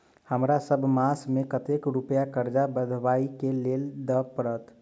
हमरा सब मास मे कतेक रुपया कर्जा सधाबई केँ लेल दइ पड़त?